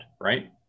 right